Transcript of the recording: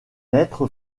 être